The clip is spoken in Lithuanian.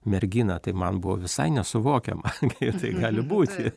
merginą tai man buvo visai nesuvokiama kaip tai gali būti